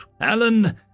Alan